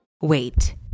wait